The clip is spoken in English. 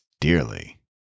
dearly